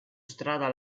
strada